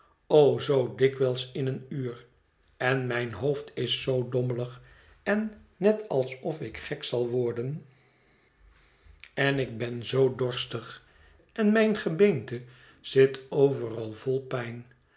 o zoo dikwijls in een uur en mijn hoofd is zoo dommelig en net alsof ik gek zal worden en ik ben zoo dorstig en mijn gebeente zit overal vol pijn